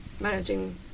managing